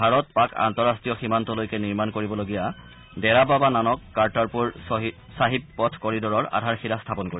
ভাৰত পাক আন্তঃৰাষ্ট্ৰীয় সীমান্তলৈকে নিৰ্মাণ কৰিবলগীয়া ডেৰাবাবা নানক কাৰটাৰপুৰ চাহিব পথ কৰিডৰৰ আধাৰশিলা স্থাপন কৰিব